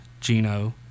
Gino